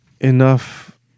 enough